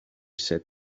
said